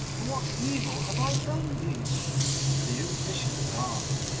for what evil have i done thee and the young fisherman laughed.